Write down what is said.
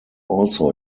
also